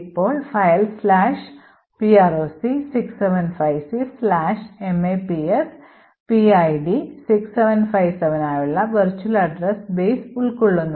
ഇപ്പോൾ file proc 6757 maps PID 6757 നായുള്ള virtual address base ഉൾക്കൊള്ളുന്നു